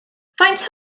faint